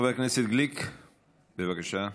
חבר הכנסת גליק, בבקשה.